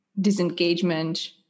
disengagement